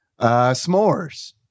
S'mores